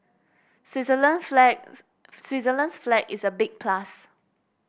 Switzerland's flag Switzerland's flag is a big plus